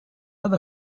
other